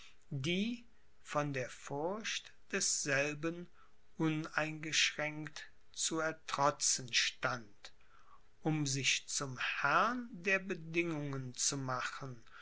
die von der furcht desselben uneingeschränkt zu ertrotzen stand um sich zum herrn der bedingungen zu machen